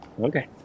okay